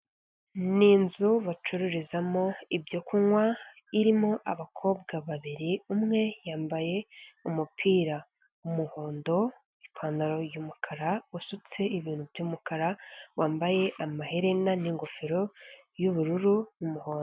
Ni inzu bacururizamo ibyo kunywa irimo abakobwa babiri umwe yambaye umupira w'umuhondo, ipantaro y'umukara, wasutse ibintu by'umukara wambaye amaherena n'ingofero y'ubururu n'umuhondo.